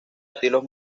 estilos